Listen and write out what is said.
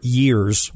years